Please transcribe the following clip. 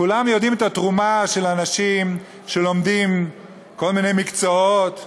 כולם יודעים את התרומה של אנשים שלומדים כל מיני מקצועות,